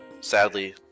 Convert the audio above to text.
sadly